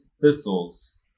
thistles